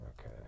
okay